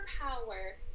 power